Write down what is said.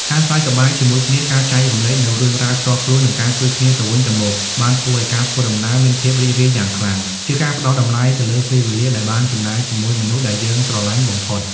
ការសើចសប្បាយជាមួយគ្នា ការចែករំលែកនូវរឿងរ៉ាវផ្ទាល់ខ្លួន និងការជួយគ្នាទៅវិញទៅមកបានធ្វើឱ្យការធ្វើដំណើរមានភាពរីករាយយ៉ាងខ្លាំង ជាការផ្តល់តម្លៃទៅលើពេលវេលាដែលបានចំណាយជាមួយមនុស្សដែលយើងស្រឡាញ់បំផុត។